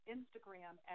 Instagram